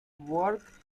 work